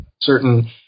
certain